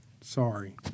Sorry